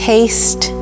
Taste